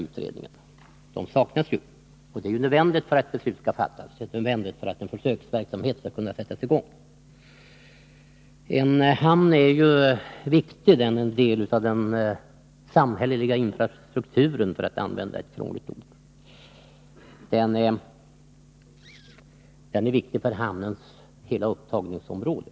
Sådana saknas, och de är nödvändiga för att ett beslut skall kunna fattas och för att en försöksverksamhet skall kunna sättas i gång. En hamn är en viktig del av den samhälleliga infrastrukturen — för att använda ett krångligt ord. Den är viktig för en hamns hela upptagningsområde.